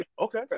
Okay